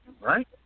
right